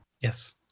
Yes